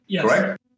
correct